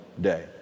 day